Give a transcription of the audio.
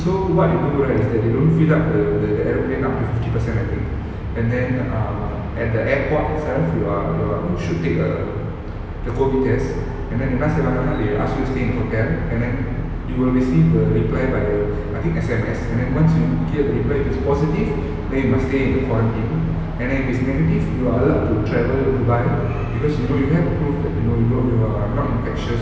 so what you know right is they don't fill up the the aeroplane up to fifty percent I think and then um at the airport itself you are you are you should take a the COVID test and then என்ன செய்வாங்கன்னா:enna seivanganna they ask you to stay in hotel and then you will receive the reply by I think S_M_S and then once you get the reply if it's positive then you must stay in the quarantine and then if it's negative you are allowed to travel dubai because you know you have proof that you know you are not infectious